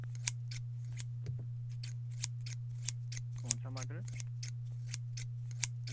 कौनसा मॉडल